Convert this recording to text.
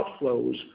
outflows